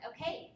Okay